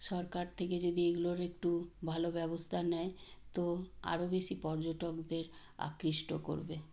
সরকার থেকে যদি এগুলোর একটু ভালো ব্যবস্থা নেয় তো আরও বেশি পর্যটকদের আকৃষ্ট করবে